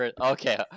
Okay